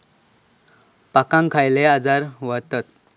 पिकांक खयले आजार व्हतत?